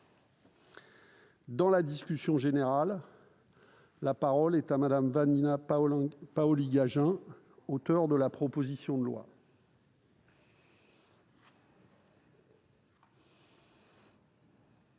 Dans la discussion générale, la parole est à Mme Vanina Paoli-Gagin, auteur de la proposition de loi.